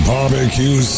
Barbecue